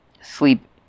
sleep